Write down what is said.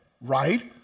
right